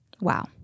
Wow